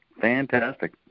Fantastic